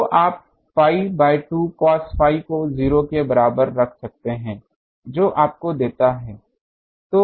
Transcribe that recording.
तो आप pi by 2 cos phi को 0 के बराबर रख सकते हैं जो आपको देता है